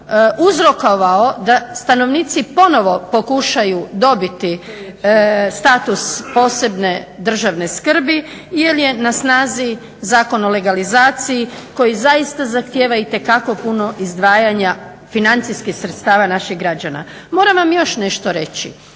uzrokovao da stanovnici ponovno pokušaju dobiti status posebne državne skrbi jer je na snazi Zakon o legalizaciji koji zaista zahtjeva itekako puno izdvajanja financijskih sredstava naših građana. Moram vam još nešto reći,